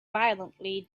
violently